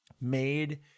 made